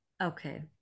Okay